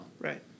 Right